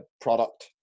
product